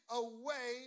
away